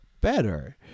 better